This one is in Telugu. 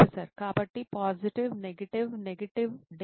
ప్రొఫెసర్ కాబట్టి పాజిటివ్ నెగటివ్ నెగటివ్ day 1